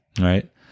Right